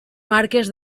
marques